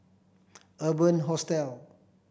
Urban Hostel